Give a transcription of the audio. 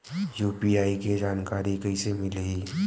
UPI के जानकारी कइसे मिलही?